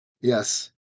yes